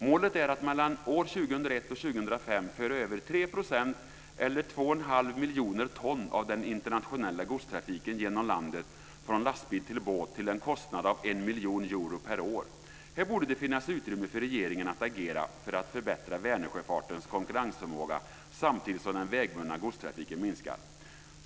Målet är att mellan år 2001 och 2005 föra över 3 % eller 2,5 miljoner ton av den internationella godstrafiken genom landet från lastbil till båt till en kostnad av 1 miljon euro per år. Här borde det finnas utrymme för regeringen att agera för att förbättra Vänersjöfartens konkurrensförmåga samtidigt som den vägbundna godstrafiken minskar.